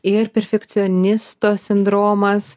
ir perfekcionisto sindromas